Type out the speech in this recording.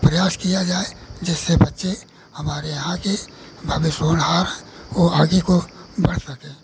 प्रयास किया जाए जिससे बच्चे हमारे यहाँ के भविष्य होनहार वह आगे को बढ़ सकें